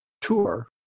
tour